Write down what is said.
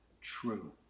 true